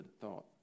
thought